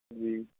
جی